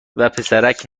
وپسرک